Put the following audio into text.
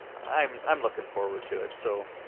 i'm i'm looking forward to it. so